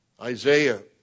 Isaiah